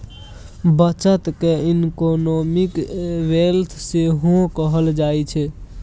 बचत केँ economic wealth सेहो कहल जाइ छै